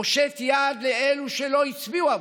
הושט יד לאלו שלא הצביעו עבורך.